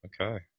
Okay